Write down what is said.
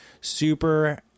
super